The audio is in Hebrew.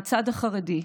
מהצד החרדי,